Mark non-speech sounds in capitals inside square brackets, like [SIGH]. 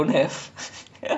[LAUGHS]